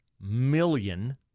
million